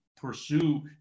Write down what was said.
pursue